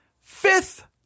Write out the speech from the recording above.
Fifth